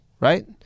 right